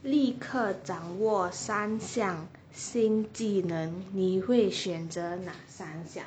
立刻掌握三想新技能你会选择哪三想技